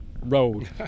road